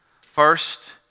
First